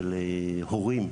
של הורים.